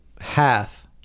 half